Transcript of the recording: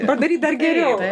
padaryti dar geriau